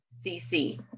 C-C